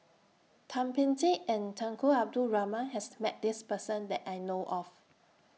Thum Ping Tjin and Tunku Abdul Rahman has Met This Person that I know of